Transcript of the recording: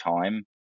time